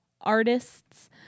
artists